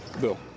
Bill